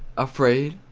afraid?